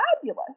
fabulous